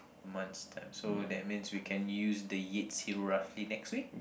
months time so that means we can use the Yates hero roughly next week